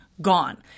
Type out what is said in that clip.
gone